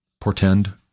portend